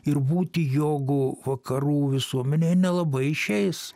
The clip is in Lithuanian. ir būti jogu vakarų visuomenėj nelabai išeis